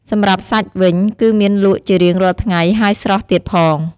សម្រាបសាច់វិញគឺមានលក់ជារៀងរាល់ថ្ងៃហើយស្រស់ទៀតផង។